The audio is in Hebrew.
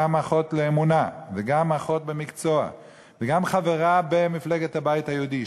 גם אחות לאמונה וגם אחות למקצוע וגם חברה במפלגת הבית היהודי,